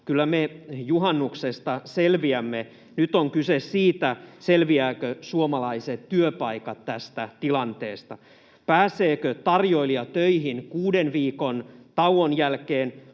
Kyllä me juhannuksesta selviämme. Nyt on kyse siitä, selviävätkö suomalaiset työpaikat tästä tilanteesta, pääseekö tarjoilija töihin kuuden viikon tauon jälkeen,